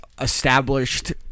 established